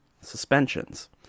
suspensions